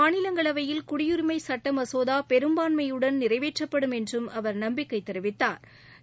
மாநிலங்களவையில் குடியுரிமை சட்ட மசோதா பெரும்பான்மையுடன் நிறைவேற்றப்படும் என்று அவர் நம்பிக்கை தெரிவித்தாா்